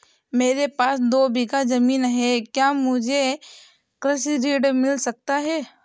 मेरे पास दो बीघा ज़मीन है क्या मुझे कृषि ऋण मिल सकता है?